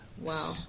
Wow